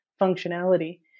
functionality